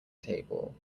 table